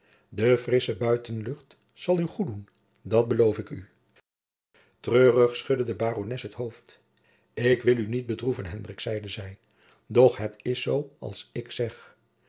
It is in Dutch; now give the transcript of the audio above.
de frissche buitenlucht zal u goed doen dat beloof ik u treurig schudde de barones het hoofd ik wil u niet bedroeven hendrik zeide zij doch het is zoo als ik zeg